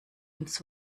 ins